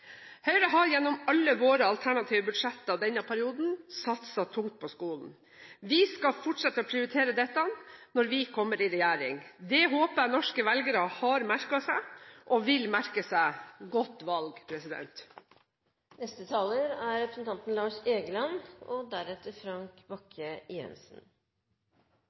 Høyre har gjennom alle våre alternative budsjetter i denne perioden satset tungt på skolen. Vi skal fortsette å prioritere dette når vi kommer i regjering. Det håper jeg norske velgere har merket seg, og vil merke seg. Godt valg! Representanten Aspaker kritiserer SV for å være for skolemat, som er